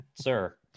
sir